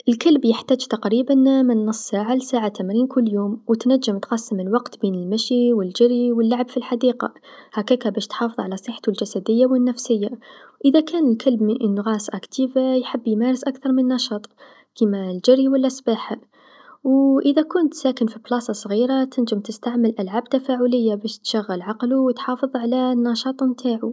الكلب يحتاج تقريبا من نصف ساعه لساعه تمرين كل يوم و تنجم تقسم الوقت بين المشي و الجري و اللعب في الحديقه هكاكا باش تحافظ على صحتو الجسديه و النفسيه، إذا كان الكلب من فصيلة نشطة يحب يمارس أكثر من نشاط كيما الجري و لا السباحه و اذا كنت ساكن في بلاصه صغيره تنجم تستعمل ألعاب تفاعليه باش تشغل عقلو و تحافظ على نشاط نتاعو.